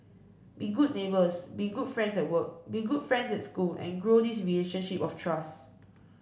be good neighbours be good friends at work be good friends at school and grow this relationship of trust